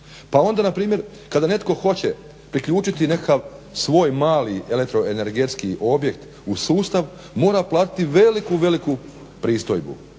Pa onda na primjer kada netko hoće priključiti nekakav svoj mali elektroenergetski objekt u sustav mora platiti veliku, veliku pristojbu.